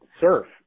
surf